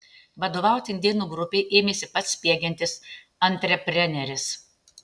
vadovauti indėnų grupei ėmėsi pats spiegiantis antrepreneris